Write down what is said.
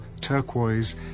turquoise